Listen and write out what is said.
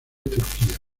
turquía